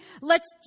lets